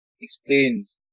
explains